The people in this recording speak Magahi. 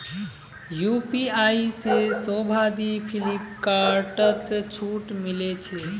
यू.पी.आई से शोभा दी फिलिपकार्टत छूट मिले छे